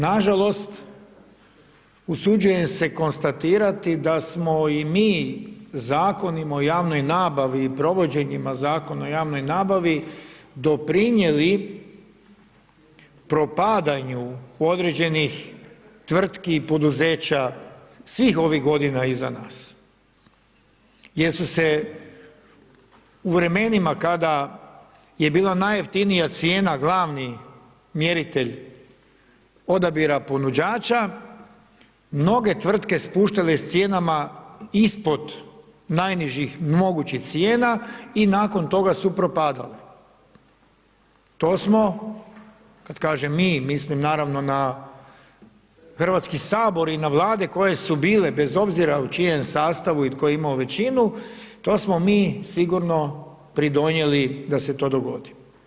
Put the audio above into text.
Nažalost, usuđujem se konstatirati da smo i mi zakonima o javnoj nabavi i provođenjima zakona o javnoj nabavi, doprinijeli propadanju određenih tvrtki i poduzeća svih ovih godina iza nas jer su se u vremenima kada je bila najjeftinija cijena, glavni mjeritelj odabira ponuđača, noge tvrtke spuštale s cijenama ispod najnižih mogućih cijena i nakon toga su propadale, to smo, kad kažem mi, mislim naravno na Hrvatski sabor i na vlade koji su bile bez obzira u čijem sastavu i tko je imao većinu, to smo mi sigurno pridonijeli da se to dogodi.